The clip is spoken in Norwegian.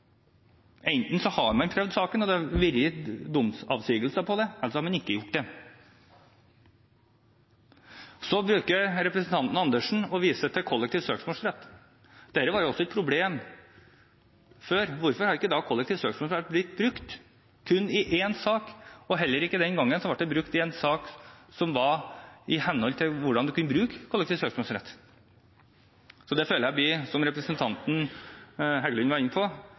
Enten så har man prøvd saken og det har blitt en domsavsigelse, eller så har man ikke. Representanten Dag Terje Andersen bruker å vise til kollektiv søksmålsrett. Dette var også et problem før. Hvorfor har da kollektiv søksmålsrett blitt brukt kun i én sak? Heller ikke den gang ble det brukt i en sak som var i henhold til hvordan du kunne bruke kollektiv søksmålsrett. Dette blir – som representanten Heggelund var inne på